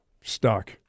stuck